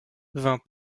vint